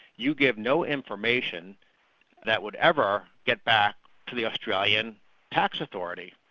you give no information that would ever get back to the australian tax authority.